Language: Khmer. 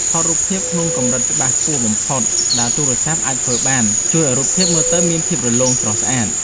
ថតរូបភាពក្នុងកម្រិតច្បាស់ខ្ពស់បំផុតដែលទូរស័ព្ទអាចធ្វើបានជួយឱ្យរូបភាពមើលទៅមានភាពរលោងស្រស់ស្អាត។